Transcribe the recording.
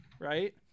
right